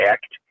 Act